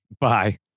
Bye